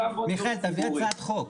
תביא הצעת חוק.